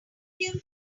their